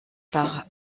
par